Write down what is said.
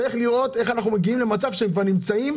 צריך לראות איך אנחנו מגיעים למצב שהם נמצאים.